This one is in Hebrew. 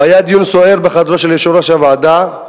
והיה דיון סוער בחדרו של יושב-ראש הוועדה,